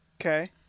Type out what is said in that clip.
Okay